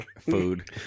food